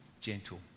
gentle